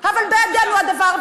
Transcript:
אבל בידינו הדבר,